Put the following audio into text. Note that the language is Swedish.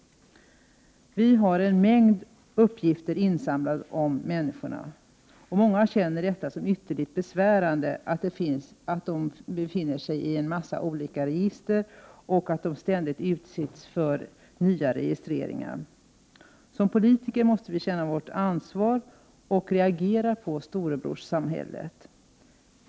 Vi har en mängd uppgifter om människorna insamlade. Många upplever det som ytterligt besvärande att deras uppgifter befinner sig i en mängd olika register och att de ständigt utsätts för nya registreringar. Som politiker måste vi känna vårt ansvar och reagera på storebrorsamhället.